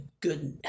good